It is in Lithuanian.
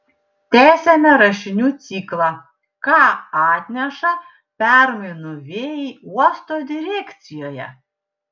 tęsiame rašinių ciklą ką atneša permainų vėjai uosto direkcijoje